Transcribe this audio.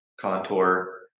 contour